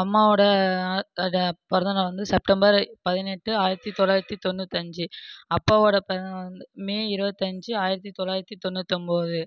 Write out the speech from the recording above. அம்மாவோடய பிறந்த நாள் வந்து செப்டம்பர் பதினெட்டு ஆயிரத்தி தொளாயிரத்தி தொண்ணூத்தஞ்சு அப்பாவோடய பிறந்த நாள் வந்து மே இருபத்தஞ்சி ஆயிரத்தி தொளாயிரத்தி தொண்ணூற்று ஒன்போது